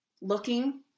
looking